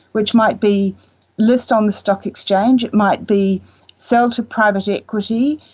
which might be list on the stock exchange, it might be sell to private equity,